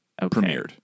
premiered